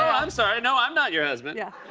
ah i'm sorry. no, i'm not your husband. yeah